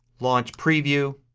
launch preview,